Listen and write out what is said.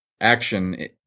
action